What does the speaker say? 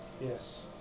Yes